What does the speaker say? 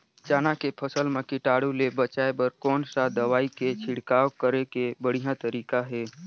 चाना के फसल मा कीटाणु ले बचाय बर कोन सा दवाई के छिड़काव करे के बढ़िया तरीका हे?